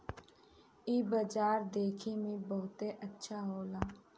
इ बाजार देखे में बहुते अच्छा होला